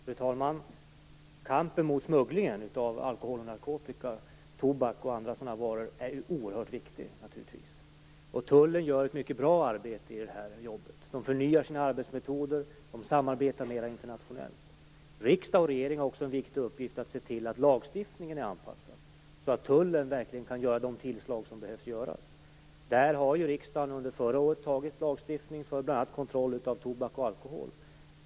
Fru talman! Kampen mot smugglingen av alkohol, narkotika, tobak och andra sådana varor är naturligtvis oerhört viktig. Tullen gör också ett mycket bra arbete på det här området. Man förnyar sina arbetsmetoder och samarbetar mer internationellt. Riksdag och regering har också en viktig uppgift i att se till att lagstiftningen är anpassad, så att tullen verkligen kan göra de tillslag som behöver göras. Riksdagen antog ju förra året en lagstiftning för bl.a. kontroll av tobak och alkohol.